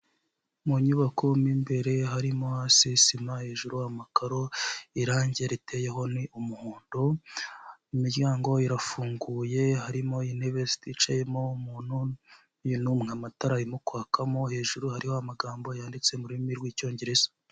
Mu nyubako mo imbere harimo hasi sima hejuru amakaro irangi riteyeho ni umuhondo, imiryango irafunguye harimo intebe zitcayemo umuntu n'uyu n'umwe, amatara arimo kwakamo, hejuru hariho amagambo yanditse mu rurimi rw'icyongereza.